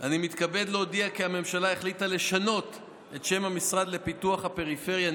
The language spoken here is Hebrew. אני מתכבד להודיע כי הממשלה החליטה לשנות את שם המשרד לפיתוח הפריפריה,